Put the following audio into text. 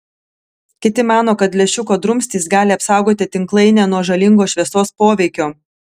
kiti mano kad lęšiuko drumstys gali apsaugoti tinklainę nuo žalingo šviesos poveikio